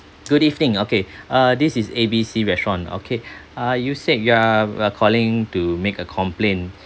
good evening okay uh this is A B C restaurant okay uh you said you are you are calling to make a complaint